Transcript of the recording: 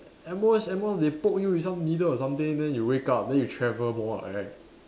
at most at most they poke you with some needle or something then you wake up then you travel more [what] right